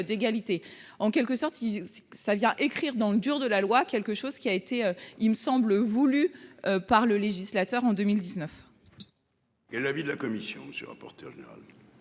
en quelque sorte. Sa vie à écrire dans le dur de la loi, quelque chose qui a été, il me semble, voulue par le législateur en 2019. L'avis de la commission. Monsieur le rapporteur général.